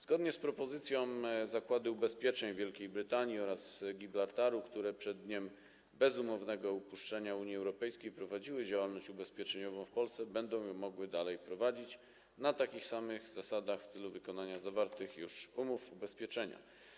Zgodnie z propozycją zakłady ubezpieczeń z Wielkiej Brytanii oraz Gibraltaru, które przed dniem bezumownego opuszczenia Unii Europejskiej prowadziły działalność ubezpieczeniową w Polsce, będą mogły prowadzić ją dalej na takich samych zasadach w celu wykonania zawartych już umów ubezpieczenia.